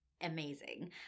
amazing